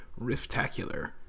Riftacular